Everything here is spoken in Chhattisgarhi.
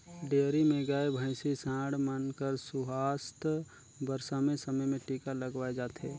डेयरी में गाय, भइसी, सांड मन कर सुवास्थ बर समे समे में टीका लगवाए जाथे